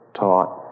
taught